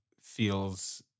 feels